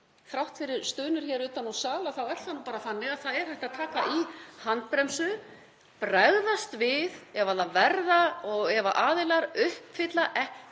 Þrátt fyrir stunur hér utan úr sal þá er það nú bara þannig að það er hægt að taka í handbremsu, bregðast við ef aðilar uppfylla ekki